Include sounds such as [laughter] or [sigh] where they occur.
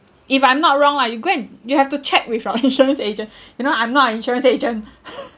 if I'm not wrong lah you go and you have to check with your insurance [laughs] agent you know I'm not a insurance agent [laughs]